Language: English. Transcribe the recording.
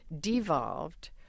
devolved